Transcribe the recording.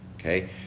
okay